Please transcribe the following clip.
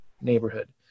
neighborhood